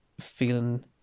feeling